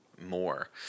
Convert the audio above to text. more